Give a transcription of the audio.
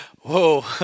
Whoa